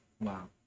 wow